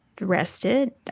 rested